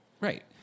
right